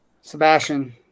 Sebastian